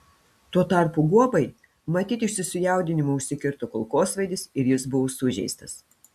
tuo tarpu guobai matyt iš susijaudinimo užsikirto kulkosvaidis ir jis buvo sužeistas